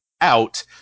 out